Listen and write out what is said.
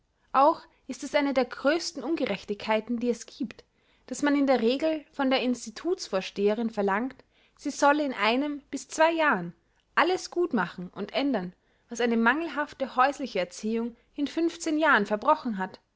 auch ist es eine der größten ungerechtigkeiten die es gibt daß man in der regel von der institutsvorsteherin verlangt sie solle in einem bis zwei jahren alles gut machen und ändern was eine mangelhafte häusliche erziehung in fünfzehn jahren verbrochen hat